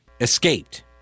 escaped